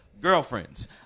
Girlfriends